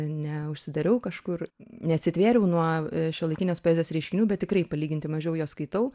neužsidariau kažkur neatsitvėriau nuo šiuolaikinės poezijos reiškinių bet tikrai palyginti mažiau jos skaitau